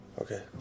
Okay